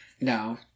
no